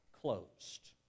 closed